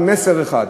עם מסר אחד.